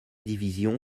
division